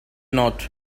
not